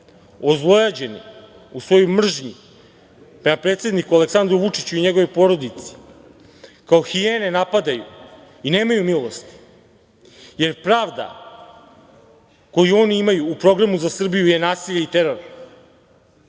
ozlojeđeni u svojoj mržnji prema predsedniku Aleksandru Vučiću i njegovoj porodici, kao hijene napadaju i nemaju milosti jer pravda koju oni imaju u programu za Srbiju je nasilje i